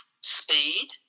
speed